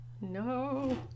No